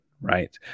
right